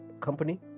company